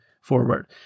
forward